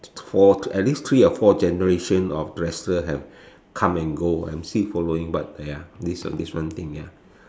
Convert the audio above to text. for at least three or four generation of wrestler have come and go I am still following but ya this one this one thing ya